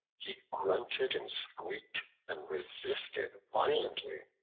he grunted and squeaked and resisted violently.